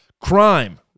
Crime